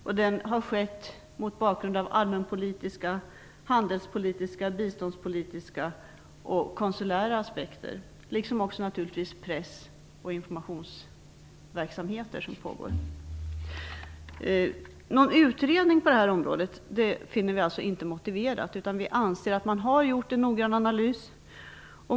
Den har skett mot bakgrund av allmänpolitiska, handelspolitiska, biståndspolitiska och konsulära aspekter liksom också naturligtvis den press och informationsverksamhet som pågår. Någon utredning på detta område finner vi inte motiverad. Vi anser att man har gjort en noggrann analys.